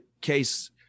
case